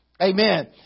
Amen